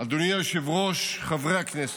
אדוני היושב-ראש, חברי הכנסת,